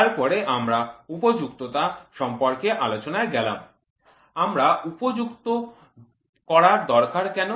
তারপরে আমরা উপযুক্ততা সম্পর্কে আলোচনায় গেলাম আমাদের উপযুক্ত করার দরকার কেন